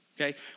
Okay